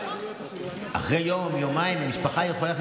אחרי יום-יומיים המשפחה יכולה ללכת